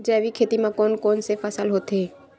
जैविक खेती म कोन कोन से फसल होथे?